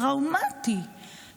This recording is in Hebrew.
טראומטי,